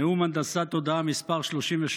נאום הנדסת תודעה מס' 33,